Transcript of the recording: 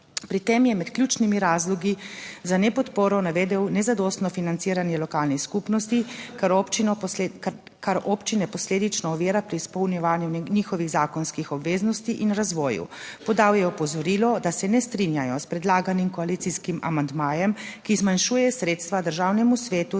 Pri tem je med ključnimi razlogi za nepodporo navedel nezadostno financiranje lokalnih skupnosti, kar občine posledično ovira pri izpolnjevanju njihovih zakonskih obveznosti in razvoju. Podal je opozorilo, da se ne strinjajo s predlaganim koalicijskim amandmajem, ki zmanjšuje sredstva Državnemu svetu,